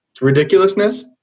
ridiculousness